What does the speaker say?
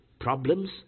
problems